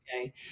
Okay